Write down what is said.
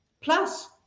plus